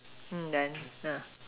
then yeah